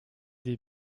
des